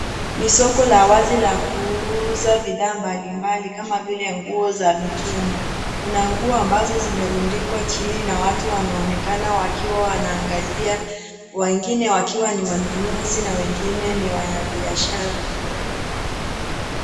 Ni soko la wazi la kuuza bidhaa mbalimbali kama vile nguo za mitumba. Kuna nguo ambazo zimerundikwa chini na watu wanaonekana wakiwa wanaangalia wengine wakiwa ni wanunuzi na wengine ni wenye biashara.